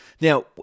Now